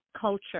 culture